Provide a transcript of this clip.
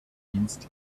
dienst